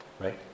right